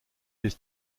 his